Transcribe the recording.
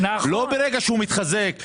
ולא ברגע שהוא מתחזק,